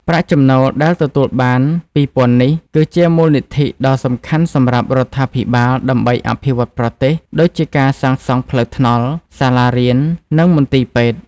ប្រាក់ចំណូលដែលទទួលបានពីពន្ធនេះ គឺជាមូលនិធិដ៏សំខាន់សម្រាប់រដ្ឋាភិបាលដើម្បីអភិវឌ្ឍប្រទេស ដូចជាការសាងសង់ផ្លូវថ្នល់ សាលារៀន និងមន្ទីរពេទ្យ។